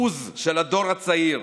בוז של הדור הצעיר,